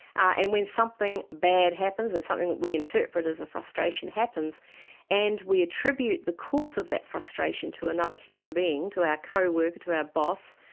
and when something bad happens, and something that we interpret as a frustration happens and we attribute the cause of that frustration to another human being to our co-worker, to our boss,